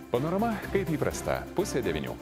panorama kaip įprasta pusę devynių